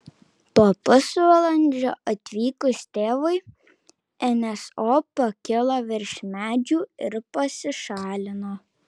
po pusvalandžio atvykus tėvui nso pakilo virš medžių ir pasišalino